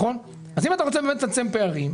אם אתה רוצה באמת לצמצם פערים,